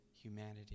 humanity